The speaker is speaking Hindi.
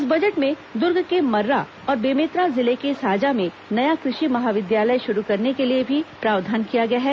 इस बजट में दुर्ग के मर्रा और बेमेतरा जिले के साजा में नया कृषि महाविद्यालय शुरू करने के लिए भी प्रावधान किया गया है